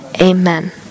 Amen